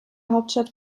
hauptstadt